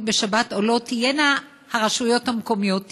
בשבת או לא תהיינה הרשויות המקומיות.